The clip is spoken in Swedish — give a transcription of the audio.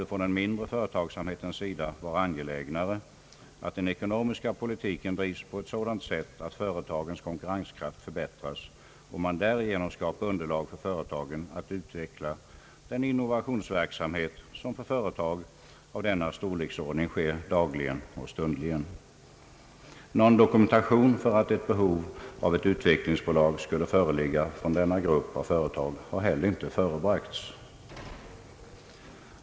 Från den mindre företagsamhetens sida torde man i stället anse det mera angeläget att den ekonomiska politiken drivs på ett sådant sätt att företagens konkurrenskraft förbättras varigenom underlag kan skapas för utveckling av den innovationsverksamhet som för företag av denna storleksordning sker dagligen och stundligen. Någon dokumentation för att ett behov av ett utvecklingsbolag skulle föreligga hos denna grupp av företag har heller inte förebragts.